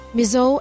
Mizo